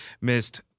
missed